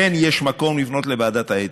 כן יש מקום לפנות לוועדת האתיקה,